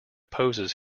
poses